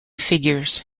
figures